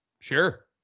sure